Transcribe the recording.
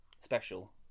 special